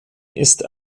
ist